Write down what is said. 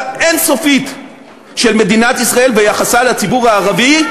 אין-סופית של מדינת ישראל ביחסה לציבור הערבי,